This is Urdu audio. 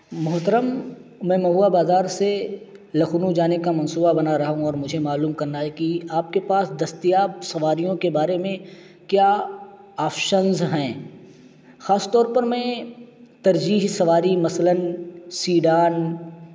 محترم میں نوا بازار سے لکھنؤ جانے کا منصوبہ بنا رہا ہوں اور مجھے معلوم کرنا ہے کہ آپ کے پاس دستیاب سواریوں کے بارے میں کیا آپشنز ہیں خاص طور پر میں ترجیح سواری مثلاً سیڈان